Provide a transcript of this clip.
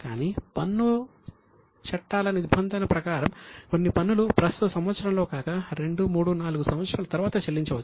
కాని పన్ను చట్టాల నిబంధనల ప్రకారం కొన్ని పన్నులు ప్రస్తుత సంవత్సరంలో కాక 2 3 4 సంవత్సరాల తరువాత చెల్లించవచ్చు